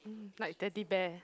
like Teddy Bear